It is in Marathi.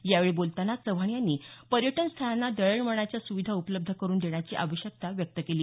यावेळी बोलतांना चव्हाण यांनी पर्यटन स्थळांना दळणवळणाच्या सुविधा उपलब्ध करून देण्याची आवश्यकता व्यक्त केली